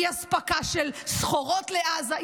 אי-אספקה של סחורות לעזה,